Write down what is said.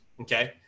Okay